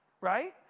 right